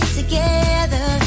together